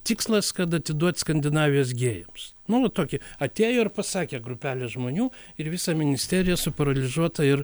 tikslas kad atiduot skandinavijos gėjams nu vat tokie atėjo ir pasakė grupelė žmonių ir visa ministerija suparalyžiuota ir